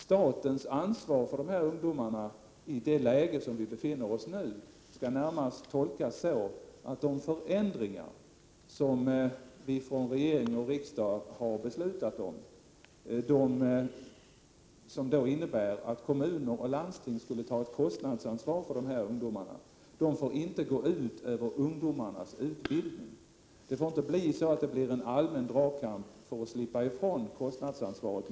Statens ansvar för dessa ungdomar i det läge som vi nu befinner oss i skall närmast tolkas så, att de förändringar som regering och riksdag har fattat beslut om, och som innebär att kommuner och landsting skall ta ett kostnadsansvar för dessa ungdomar, inte får gå ut över ungdomarnas utbildning. Det får inte bli en allmän dragkamp mellan olika huvudmän för att slippa ifrån kostnadsansvaret.